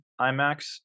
IMAX